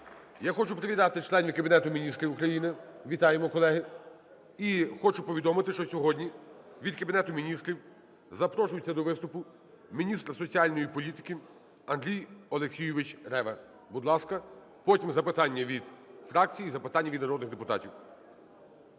Я хочу привітати членів Кабінету Міністрів України. Вітаємо, колеги. І хочу повідомити, що сьогодні від Кабінету Міністрів запрошується до виступу міністр соціальної політики Андрій Олексійович Рева. Будь ласка. Потім запитання від фракцій і запитання від народних депутатів.